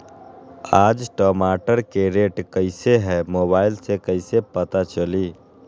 आज टमाटर के रेट कईसे हैं मोबाईल से कईसे पता चली?